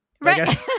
Right